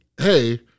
hey